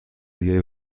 دیگری